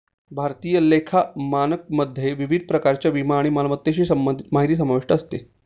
भारतीय लेखा मानकमध्ये विविध प्रकारच्या विमा आणि मालमत्तेशी संबंधित माहिती समाविष्ट असते